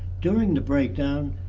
during the breakdown,